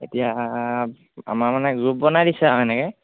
এতিয়া আমাৰ মানে গ্ৰুপ বনাই দিছে আৰু এনেকৈ